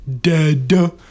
dead